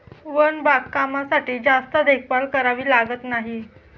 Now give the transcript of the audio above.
one बागकामासाठी जास्त देखभाल करावी लागत नाही